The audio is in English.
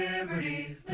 Liberty